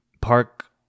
park